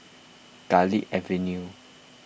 Garlick Avenue